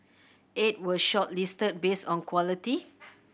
eight were shortlisted based on quality